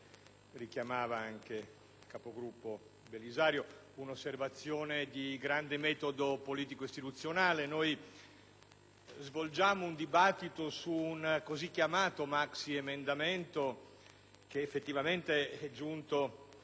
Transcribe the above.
richiamava anche il senatore Belisario, anch'io faccio un'osservazione di grande metodo politico‑istituzionale. Noi svolgiamo un dibattito su un così chiamato maxiemendamento, che effettivamente è giunto